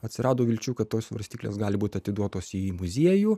atsirado vilčių kad tos svarstyklės gali būti atiduotos į muziejų